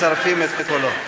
מצרפים את קולו.